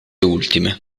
ultime